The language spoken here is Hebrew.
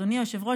אדוני היושב-ראש,